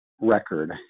record